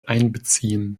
einbeziehen